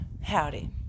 Howdy